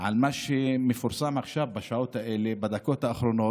על מה שמפורסם עכשיו בשעות האלה, בדקות האחרונות: